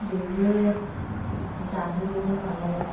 बयबो दाजोबोमोन नालाय